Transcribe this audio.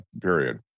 period